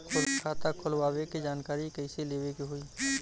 खाता खोलवावे के जानकारी कैसे लेवे के होई?